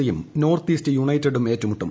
സിയും North East യുണൈറ്റഡും ഏറ്റുമുട്ടും